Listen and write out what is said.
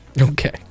Okay